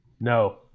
No